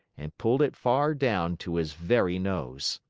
and pulled it far down to his very nose.